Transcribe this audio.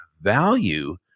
value